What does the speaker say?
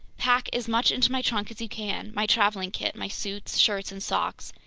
pack as much into my trunk as you can, my traveling kit, my suits, shirts, and socks,